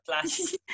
plus